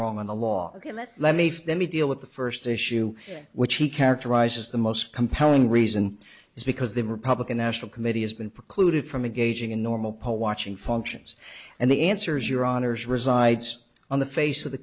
wrong on the law ok let's let me for then we deal with the first issue which he characterized as the most compelling reason is because the republican national committee has been precluded from a gauging in normal poll watching functions and the answers your honour's resides on the face of the